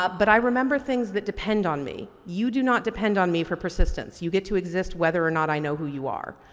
but but i remember things that depend on me. you do not depend on me for persistence, you get to exist whether or not i know who you are,